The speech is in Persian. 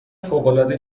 فوقالعاده